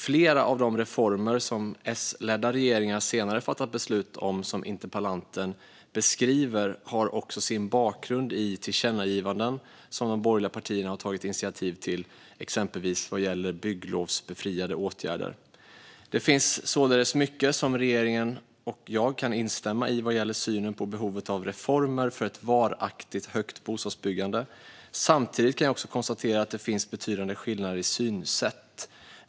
Flera av de reformer som S-ledda regeringar senare fattat beslut om, som interpellanten beskriver, har också sin bakgrund i tillkännagivanden som de borgerliga partierna har tagit initiativ till, exempelvis vad gäller bygglovsbefriade åtgärder. Det finns således mycket som regeringen och jag kan instämma i vad gäller synen på behovet av reformer för ett varaktigt högt bostadsbyggande. Samtidigt kan jag konstatera att det finns betydande skillnader i synsätt.